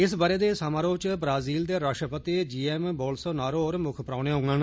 इस बरे दे समारोह च ब्राज़ील दे राष्ट्रपति जी एम बोलसोनारो होर मुक्ख परौहने होंगन